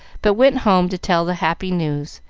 but went home to tell the happy news,